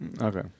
Okay